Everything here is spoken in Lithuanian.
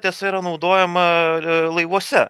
tiesa yra naudojama laivuose